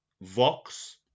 Vox